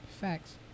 facts